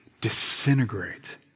disintegrate